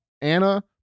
Anna